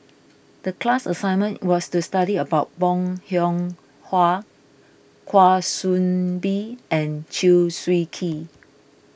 the class assignment was to study about Bong Hiong Hwa Kwa Soon Bee and Chew Swee Kee